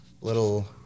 little